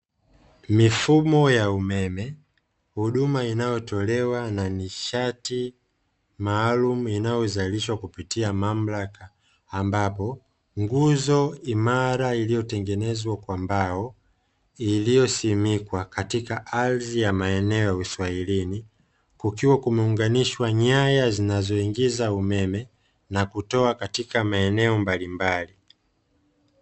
Mifumo ya umeme, huduma inayotolewa na nishati maalumu inayozalishwa kupitia mamlaka, ambapo nguzo imara iliyotengenezwa kwa mbao, iliyosimikwa katika ardhi ya maeneo ya uswahilini. Kukiwa kumeunganishwa nyaya zinazoingiza umeme na kutoa katika maeneo mbalimbali.